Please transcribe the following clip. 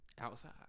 Outside